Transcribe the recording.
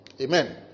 Amen